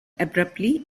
abruptly